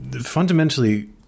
fundamentally